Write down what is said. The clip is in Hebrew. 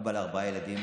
אבא לארבעה ילדים